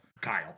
Kyle